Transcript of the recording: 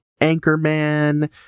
Anchorman